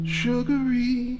sugary